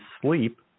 sleep